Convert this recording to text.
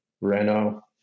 Renault